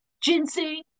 ginseng